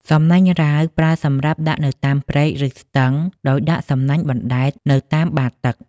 សំណាញ់រ៉ាវ ប្រើសម្រាប់ដាក់នៅតាមព្រែក ឬស្ទឹង ដោយដាក់សំណាញ់បណ្ដែតនៅតាមបាតទឹក។